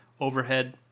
overhead